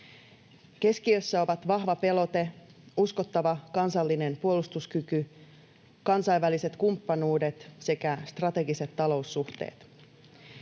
Keskiössä ovat vahva pelote, uskottava kansallinen puolustuskyky, kansainväliset kumppanuudet sekä strategiset taloussuhteet.